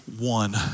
one